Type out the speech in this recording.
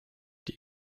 die